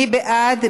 מי בעד?